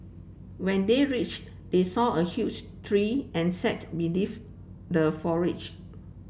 when they reached they saw a huge tree and sat beneath the foliage